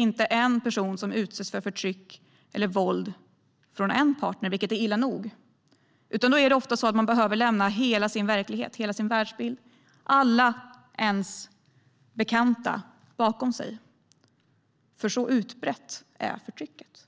Man utsätts inte för förtryck eller våld från en partner, vilket är illa nog, utan man behöver ofta lämna hela sin verklighet, hela sin världsbild och alla bekanta bakom sig. Så utbrett är för-trycket.